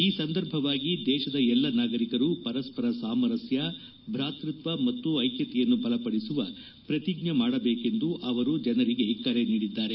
ಈ ಸಂದರ್ಭವಾಗಿ ದೇಶದ ಎಲ್ಲ ನಾಗರಿಕರು ಪರಸ್ಪರ ಸಾಮರಸ್ಕ ಭಾತೃತ್ವ ಮತ್ತು ಐಕ್ಕತೆಯನ್ನು ಬಲಪಡಿಸುವ ಪ್ರತಿಜ್ಞೆ ಮಾಡಬೇಕೆಂದು ಅವರು ಜನರಿಗೆ ಕರೆ ನೀಡಿದ್ದಾರೆ